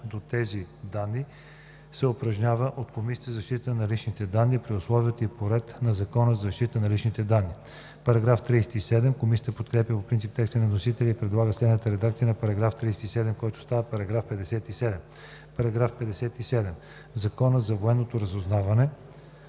до тези данни се упражнява от Комисията за защита на личните данни при условията и по реда на Закона за защита на личните данни.“ Комисията подкрепя по принцип текста на вносителя и предлага следната редакция на § 37, който става § 57: „§ 57. В Закона за военното разузнаване